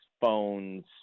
phones